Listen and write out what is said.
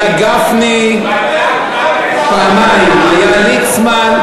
היה גפני פעמיים, היה ליצמן,